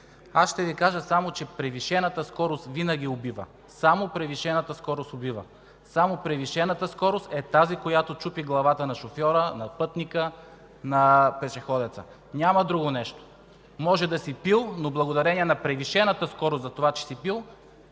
Аз ще Ви кажа само, че превишената скорост винаги убива. Само превишената скорост убива! Само превишената скорост е тази, която чупи главата на шофьора, на пътника, на пешеходеца. Няма друго нещо. Може да си пил, но благодарение на превишената скорост, поради това че си пил,